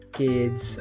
kids